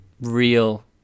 real